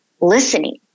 listening